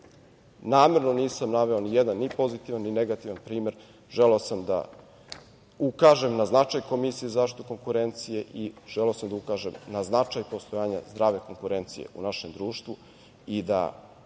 namerno nisam naveo nijedan ni pozitivan, ni negativan primer. Želeo sam da ukažem na značaj Komisije za zaštitu konkurencije i želeo sam da ukažem na značaj postojanja zdrave konkurencije u našem društvu